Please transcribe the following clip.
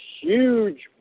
huge